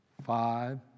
Five